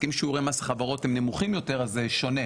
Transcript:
כי אם שיעורי מס החברות הם נמוכים יותר אז זה שונה,